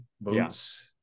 boots